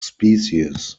species